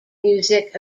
music